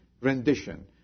rendition